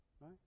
right